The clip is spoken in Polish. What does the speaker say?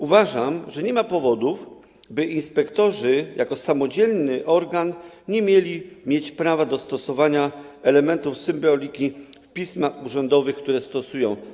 Uważam, że nie ma powodów, by inspektorzy, jako samodzielne organy, nie mieli mieć prawa do stosowania elementów symboliki w pismach urzędowych, które sporządzają.